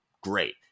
great